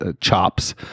chops